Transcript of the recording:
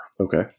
Okay